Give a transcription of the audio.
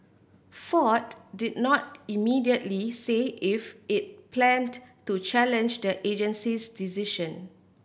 Ford did not immediately say if it planned to challenge the agency's decision